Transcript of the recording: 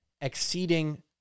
exceeding